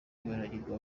baragirwa